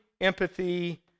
empathy